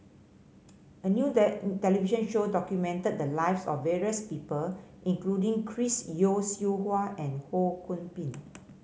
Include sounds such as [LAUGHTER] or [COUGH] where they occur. a new [UNINTELLIGIBLE] television show documented the lives of various people including Chris Yeo Siew Hua and Ho Kwon Ping